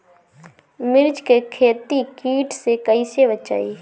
मिर्च के खेती कीट से कइसे बचाई?